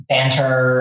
Banter